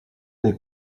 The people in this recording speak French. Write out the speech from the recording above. des